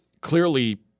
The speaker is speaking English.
clearly